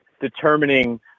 determining